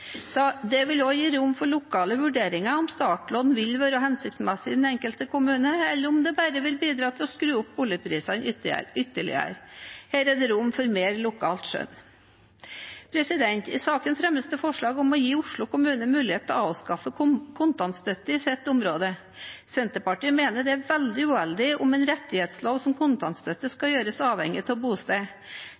Det vil også gi rom for lokale vurderinger om startlån vil være hensiktsmessig i den enkelte kommune, eller om det bare vil bidra til å skru opp boligprisene ytterligere. Her er det rom for mer lokalt skjønn. I saken fremmes det forslag om å gi Oslo kommune mulighet til å avskaffe kontantstøtte i sitt område. Senterpartiet mener det er veldig uheldig om en rettighetslov som kontantstøtte skal gjøres avhengig av